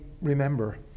remember